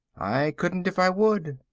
i couldn't, if i would.